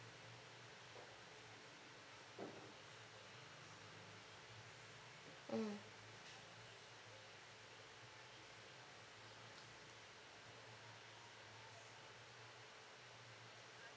mm